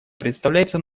представляется